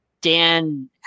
Dan